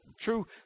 true